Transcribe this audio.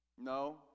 No